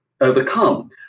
overcome